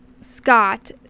Scott